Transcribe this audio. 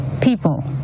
people